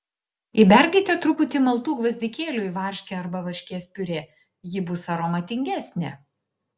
įberkite truputį maltų gvazdikėlių į varškę arba varškės piurė ji bus aromatingesnė